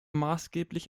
maßgeblich